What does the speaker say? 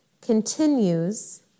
continues